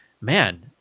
man